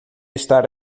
estar